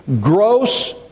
gross